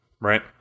right